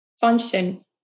function